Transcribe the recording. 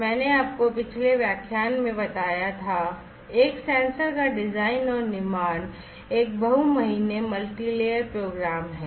मैंने आपको पिछले व्याख्यान में बताया था कि एक सेंसर का डिजाइन और निर्माण एक बहु महीने मल्टीयर प्रोग्राम है